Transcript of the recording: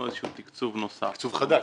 איזשהו תקצוב נוסף.